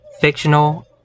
fictional